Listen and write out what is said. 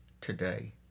today